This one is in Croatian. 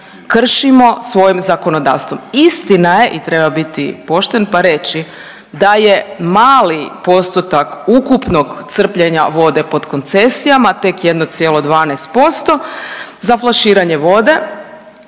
kršimo svojim zakonodavstvom. Istina je i treba biti pošten pa reći, da je mali postotak ukupnog crpljenja vode pod koncesijama tek 1,12% za flaširanje vode,